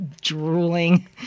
drooling